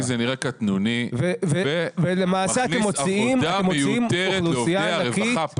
לי זה נראה קטנוני ומכניס עבודה מיותרת לעובדי הרווחה.